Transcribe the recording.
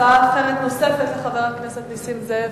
הצעה אחרת נוספת יש לחבר הכנסת נסים זאב.